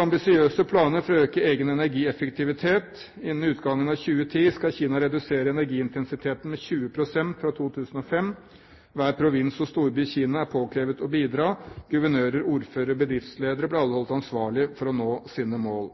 ambisiøse planer for å øke egen energieffektivitet. Innen utgangen av 2010 skal Kina redusere energiintensiteten med 20 pst. fra 2005. Hver provins og storby i Kina er påkrevd å bidra. Guvernører, ordførere og bedriftsledere blir alle holdt ansvarlige for å nå sine mål.